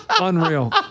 unreal